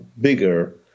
bigger